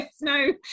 no